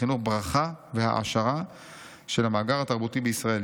החינוך ברכה והעשרה של המאגר התרבותי בישראל.